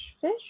fish